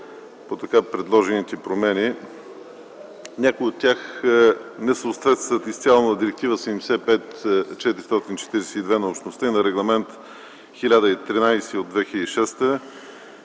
по така предложените промени. Някои от тях не съответстват изцяло на Директива 75/442 на Общността и на Регламент 1013 от 2006